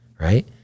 right